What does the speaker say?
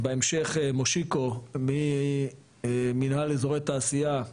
בהמשך מושיקו ממנהל אזורי תעשייה,